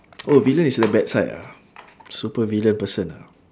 oh villain is a bad side ah supervillain person ah